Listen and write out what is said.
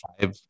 Five